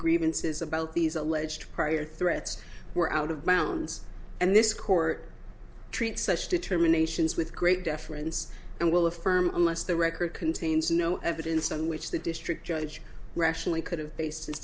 grievances about these alleged prior threats were out of bounds and this court treats such determinations with great deference and will affirm unless the record contains no evidence on which the district judge rationally could have bas